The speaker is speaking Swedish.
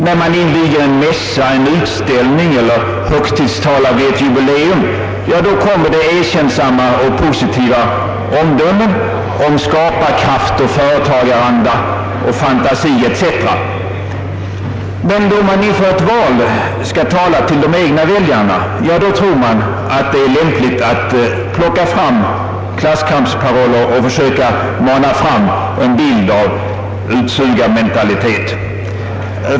När man inviger en mässa, en utställning, högtidstalar vid ett jubileum, ja, då kommer det erkännsamma och positiva uttalanden om skaparkraft, företagaranda och fantasi etc. Men då man inför ett val skall tala till de egna väljarna, ja, då tror man att det är lämpligt att plocka fram klasskampsparoller och försöka teckna bilden av en utsugarmentalitet.